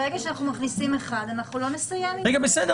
ברגע שאנחנו מכניסים אחד אנחנו לא נסיים אחד.